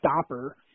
stopper